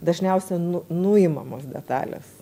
dažniausia nu nuimamos detalės